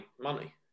money